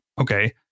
Okay